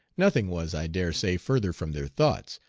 nothing was, i dare say, further from their thoughts.